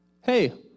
Hey